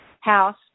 house